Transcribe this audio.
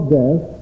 death